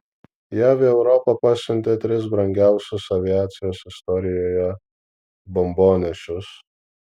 jav į europą pasiuntė tris brangiausius aviacijos istorijoje bombonešius